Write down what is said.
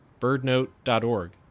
birdnote.org